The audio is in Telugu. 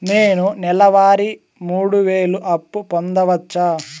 నేను నెల వారి మూడు వేలు అప్పు పొందవచ్చా?